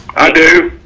i do.